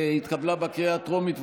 התקבלה בקריאה הטרומית,